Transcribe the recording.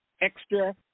extra